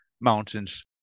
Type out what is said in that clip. Mountains